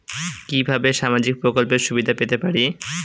কিভাবে সামাজিক প্রকল্পের সুবিধা পেতে পারি?